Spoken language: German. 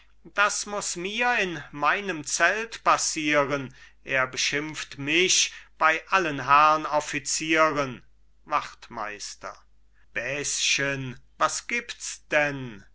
das muß mir in meinem zelt passieren es beschimpft mich bei allen herrn offizieren wachtmeister bäschen was gibts denn